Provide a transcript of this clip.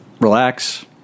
relax